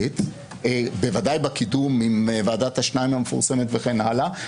בוודאי בקידום עם ועדת השניים המפורסמת וכן הלאה,